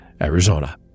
Arizona